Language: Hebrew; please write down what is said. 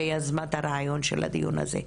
שיזמה את הרעיון של הדיון הזה.